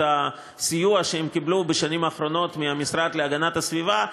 הסיוע שהן קיבלו בשנים האחרונות מהמשרד להגנת הסביבה,